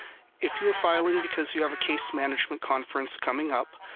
if you are filing because you have a case management conference coming up,